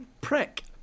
prick